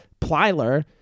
Plyler